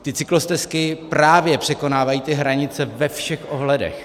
Ty cyklostezky právě překonávají hranice ve všech ohledech.